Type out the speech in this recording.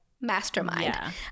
mastermind